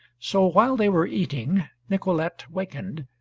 so while they were eating, nicolete wakened,